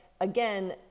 again